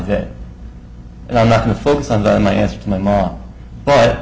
day and i'm not going to focus on that and i asked my mom